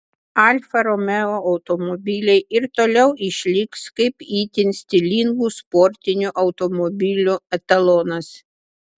alfa romeo automobiliai ir toliau išliks kaip itin stilingų sportinių automobilių etalonas